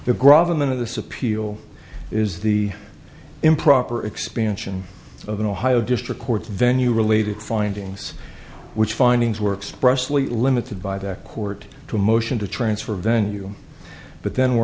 appeal is the improper expansion of an ohio district court venue related findings which findings were expressively limited by the court to a motion to transfer venue but then were